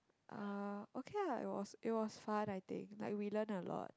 uh okay lah it was it was fun I think like we learnt a lot